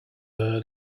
heard